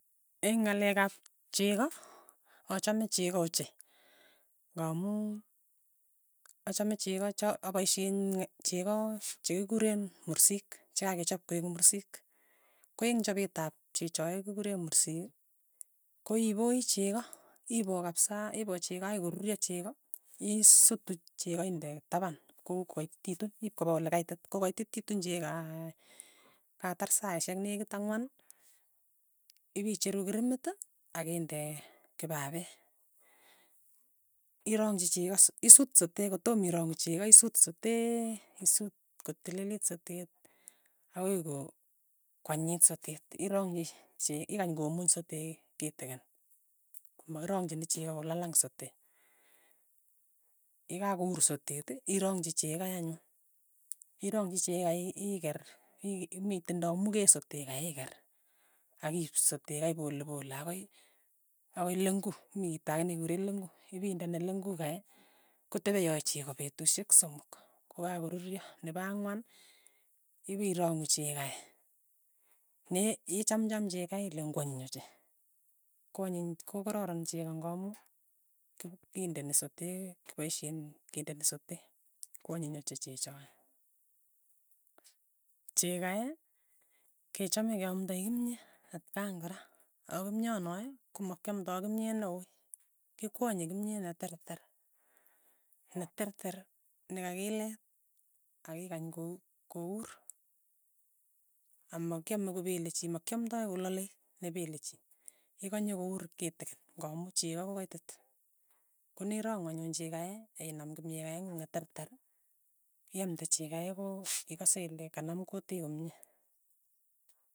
Eng ngalek ab chego achame chego ochei, ngamu achame chego cho apaisie chego chegiguren mursik. chagagechop koigu mursik. ko eng chapet ab chechoe kiguren mursik koipoi chego ipoo kapsaaagoi koruryo chego isutu chego inde taban. koi kogaitititun iip kopa olegaitit. kogaitititu chegaaai katar saisiek karipu angwan. ipicheru kirimit aginde kipapet. irangji chego. isut sotee. isut kotililit sotet agoi go kwanyinyit sotet. irangji. igany komuny sotee kitigin. komagirangjin chego kolalang sotee. ye kagour sotee irangji chegoi anyun. iranji chego iger. mi tindo mugee sotee gai iger. agiip sotee gai pole pole agoi lengut. mi gito age negegure lengut. ipindene lengu gai. kotebei chego petushek somok. kugagoruryo nebo angwan iwirangu chegae. ne ichamcham chegai ile kwanyiny ochei. kwonyiny kogororon chego ngamu kindeni sotet kipoishen kindeni sotet. kwanyiny ochei chechoe. Chegai kechame keamdai kimye atkaan kora. ago kimya noe komakyomdai kimye neui kikwanye kimye ne terter. ne terter ne kakilet agigany kour amakyame kopele chi makyamdai kolalei ne pele chi. iganye kour kitigin ngamu chego kogaitit konerangu anyun chegae aginam kimye gaengung ka terter. iyamde chegae igase ile ganam gutit komye.